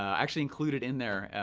actually included in there,